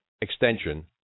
extension